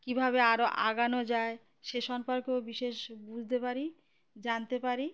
কীভাবে আরও এগোনো যায় সে সম্পর্কেও বিশেষ বুঝতে পারি জানতে পারি